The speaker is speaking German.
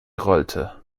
rollte